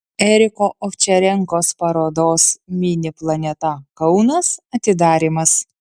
eriko ovčarenkos parodos mini planeta kaunas atidarymas